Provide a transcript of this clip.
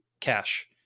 cash